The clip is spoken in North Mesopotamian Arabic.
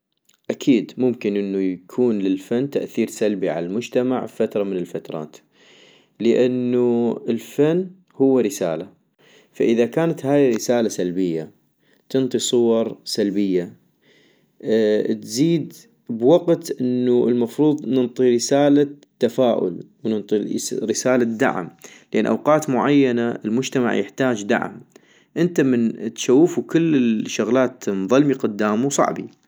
اكيد ممكن يكون للفن تأثير سلبي عالمجتمع بفترة من الفترات - لانو الفن هو رسالة، فاذا كانت هاي الرسالة سلبية ، تنطي صور سلبية - تزيد بوقت انو ننطي رسالة تفاؤل وننطي رسا رسالة دعم، لان اوقات معينة المجتمع يحتاج دعم - انت من تشوفو كل الشغلات مظلمي قدامو صعبي